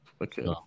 Okay